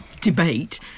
debate